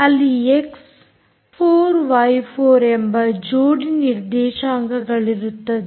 ಅಲ್ಲಿ ಎಕ್ಸ್4ವೈ4 ಎಂಬ ಜೋಡಿ ನಿರ್ದೇಶಾಂಕಗಳಿರುತ್ತವೆ